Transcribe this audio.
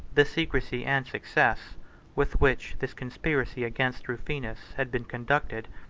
the secrecy and success with which this conspiracy against rufinus had been conducted,